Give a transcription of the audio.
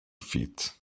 feet